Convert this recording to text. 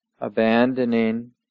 abandoning